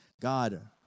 God